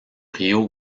rio